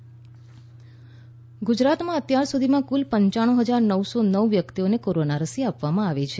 રસીકરણ ગુજરાતમાં અત્યાર સુધીમાં કુલ પંચ્યાણુ હજાર નવસો નવ વ્યક્તિઓને કોરોના રસી આપવામાં આવી છે